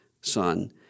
son